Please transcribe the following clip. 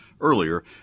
earlier